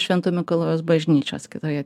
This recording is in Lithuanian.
švento mikalojaus bažnyčios kitoje